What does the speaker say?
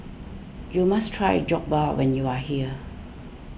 you must try Jokbal when you are here